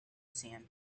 sand